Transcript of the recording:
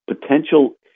potential